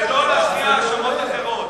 ולא להשמיע האשמות אחרות.